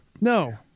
No